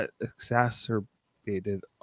exacerbated